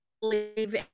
believe